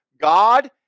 God